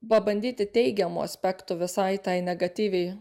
pabandyti teigiamų aspektų visai tai negatyviai